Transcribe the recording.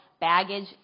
Baggage